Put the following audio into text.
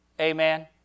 Amen